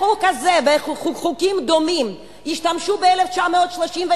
בחוק הזה ובחוקים דומים השתמשו ב-1937,